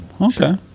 Okay